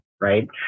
right